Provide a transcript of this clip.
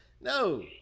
No